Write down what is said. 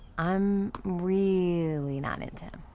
i'm really not into him.